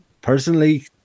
Personally